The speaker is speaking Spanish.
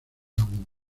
aún